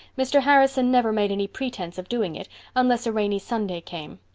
mr. harrison never made any pretence of doing it unless a rainy sunday came.